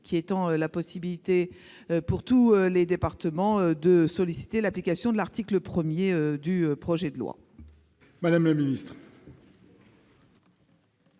qui étend la possibilité à tous les départements de solliciter l'application de l'article 1 du projet de loi. Quel est